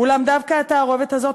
אולם דווקא התערובת הזאת,